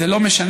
זה לא משנה,